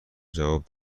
جواب